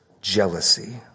jealousy